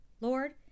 Lord